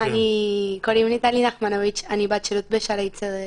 שערי צדק.